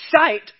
sight